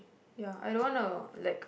ya I don't wanna like